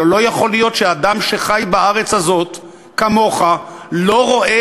הלוא לא יכול להיות שאדם שחי בארץ הזאת כמוך לא רואה